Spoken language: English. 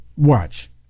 Watch